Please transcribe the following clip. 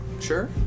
Sure